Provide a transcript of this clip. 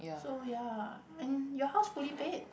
so ya and your house fully paid